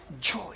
joy